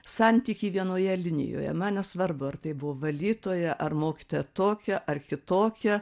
santykį vienoje linijoje man nesvarbu ar tai buvo valytoja ar mokytoja tokia ar kitokia